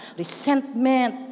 resentment